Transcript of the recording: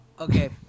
Okay